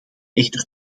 echter